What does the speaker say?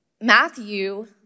Matthew